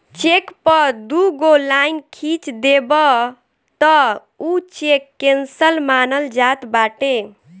check पअ दुगो line खिंच देबअ तअ उ चेक केंसल मानल जात बाटे